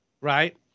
right